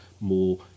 more